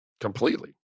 completely